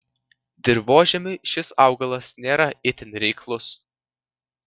dirvožemiui šis augalas nėra itin reiklus